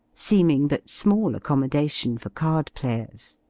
seeming but small accommodation for card-players.